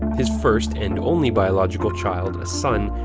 his first, and only biological child, a son,